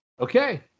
Okay